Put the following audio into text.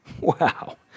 Wow